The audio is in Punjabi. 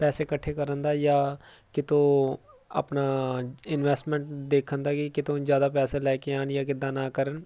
ਪੈਸੇ ਇਕੱਠੇ ਕਰਨ ਦਾ ਜਾਂ ਕਿਤੋਂ ਆਪਣਾ ਇਨਵੈਸਟਮੈਂਟ ਦੇਖਣ ਦਾ ਕਿ ਕਿਤੋਂ ਜ਼ਿਆਦਾ ਪੈਸੇ ਲੈ ਕੇ ਆਉਂਦੀਆ ਕਿੱਦਾਂ ਨਾ ਕਰਨ